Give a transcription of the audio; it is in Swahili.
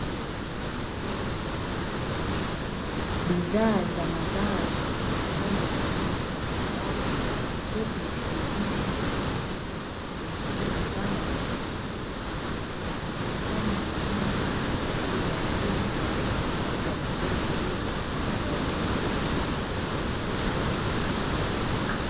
Bidhaa za mazao, zimepangwa vizuri katika rafu, huku zikionesha bei zao, zikifanya ununuzi kuwa urahisi na wenye mpangilio mzuri wa wateja.